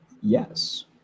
Yes